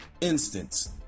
instance